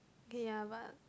okay ya but